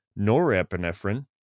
norepinephrine